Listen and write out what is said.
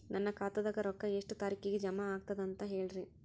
ನನ್ನ ಖಾತಾದಾಗ ರೊಕ್ಕ ಎಷ್ಟ ತಾರೀಖಿಗೆ ಜಮಾ ಆಗತದ ದ ಅಂತ ಹೇಳರಿ?